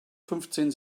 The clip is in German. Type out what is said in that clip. fünfzehn